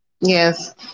Yes